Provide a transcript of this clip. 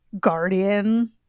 guardian